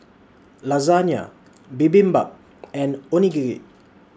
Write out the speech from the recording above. Lasagna Bibimbap and Onigiri